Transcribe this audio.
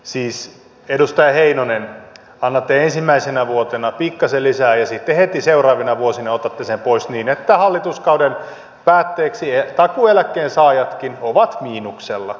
siis edustaja heinonen annatte ensimmäisenä vuotena pikkasen lisää ja sitten heti seuraavina vuosina otatte sen pois niin että hallituskauden päätteeksi takuueläkkeen saajatkin ovat miinuksella